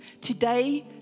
today